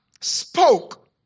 spoke